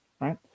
right